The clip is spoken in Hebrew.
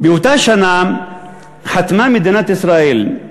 באותה שנה חתמה מדינת ישראל,